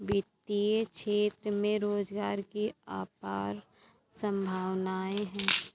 वित्तीय क्षेत्र में रोजगार की अपार संभावनाएं हैं